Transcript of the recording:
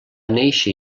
néixer